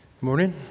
morning